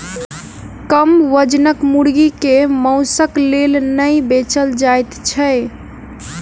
कम वजनक मुर्गी के मौंसक लेल नै बेचल जाइत छै